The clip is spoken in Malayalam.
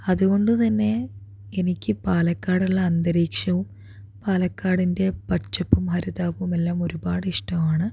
അതുകൊണ്ട് തന്നെ എനിക്ക് പാലക്കാടുള്ള അന്തരീക്ഷവും പാലക്കാടിൻ്റെ പച്ചപ്പും ഹരിതാഭവുമെല്ലാം ഒരുപാടിഷ്ടമാണ്